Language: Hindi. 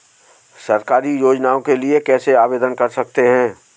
सरकारी योजनाओं के लिए कैसे आवेदन कर सकते हैं?